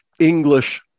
english